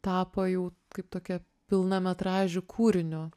tapo jau kaip tokia pilnametražiu kūriniu